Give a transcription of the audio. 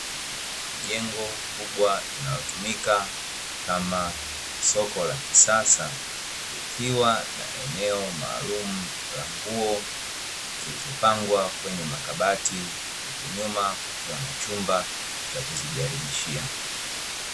Jengo kubwa linalotumika kama soko la kisasa, likiwa na eneo maalumu la nguo zilizopangwa kwenye makabati huku nyuma kukiwa na chumba cha kuzijaribishia.